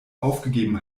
aufgegeben